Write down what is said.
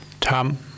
Tom